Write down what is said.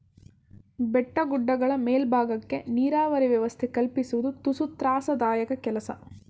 ಬೆಟ್ಟ ಗುಡ್ಡಗಳ ಮೇಲ್ಬಾಗಕ್ಕೆ ನೀರಾವರಿ ವ್ಯವಸ್ಥೆ ಕಲ್ಪಿಸುವುದು ತುಸು ತ್ರಾಸದಾಯಕ ಕೆಲಸ